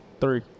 Three